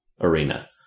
arena